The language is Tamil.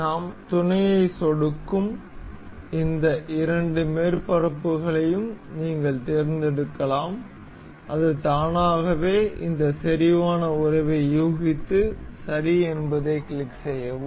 நாம் துணையை சொடுக்கும் இந்த இரண்டு மேற்பரப்புகளையும் நீங்கள் தேர்ந்தெடுக்கலாம் அது தானாகவே இந்த செறிவான உறவை யூகித்து சரி என்பதைக் கிளிக் செய்யவும்